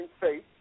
faith